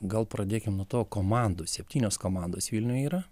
gal pradėkim nuo to komandų septynios komandos vilniuj yra